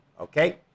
okay